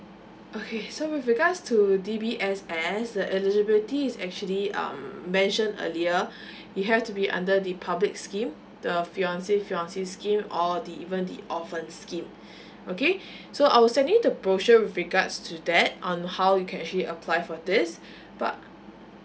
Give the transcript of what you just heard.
okay so with regards to the D_B_S_S the eligibility is actually um mention earlier you have to be under the public scheme the fiance fiancee scheme or the even the orphan scheme okay so I will send you the brochure with regards to that on how you can actually apply for this but